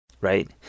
Right